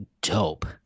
dope